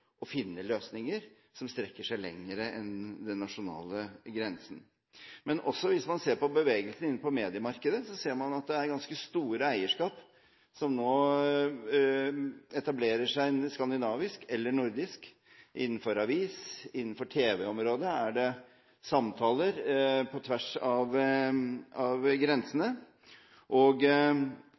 å finne løsninger som strekker seg lenger enn den nasjonale grensen. Men også hvis man ser på bevegelsen innenfor mediemarkedet, ser man at det er ganske store eierskap som nå etablerer seg skandinavisk eller nordisk. Innenfor avisområdet og innenfor tv-området er det samtaler på tvers av grensene.